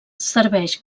serveix